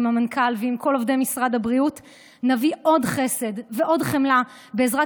עם המנכ"ל ועם כל עובדי משרד הבריאות נביא עוד חסד ועוד חמלה בעזרת